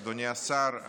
אדוני השר,